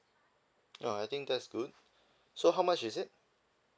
ya I think that's good so how much is it